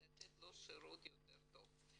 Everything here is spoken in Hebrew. לתת לו שירות יותר טוב.